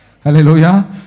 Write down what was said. Hallelujah